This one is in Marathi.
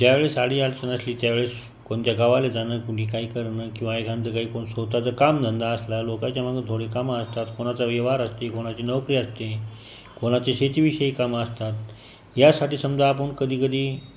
ज्यावेळेस अडीअडचण असेल त्या वेळेस कोणत्या गावाला जाणं कुणी काही करणं किंवा एखादं काही स्वत चा कामधंदा असला लोकाच्या मागं थोडी कामं असतात कोणाचा व्यवहार असतो कोणाची नोकरी असते कोणाची शेतीविषयी कामं असतात यासाठी समजा आपण कधीकधी